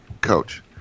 coach